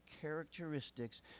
characteristics